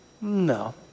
No